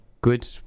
good